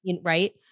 right